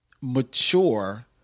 mature